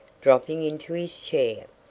dropping into a chair.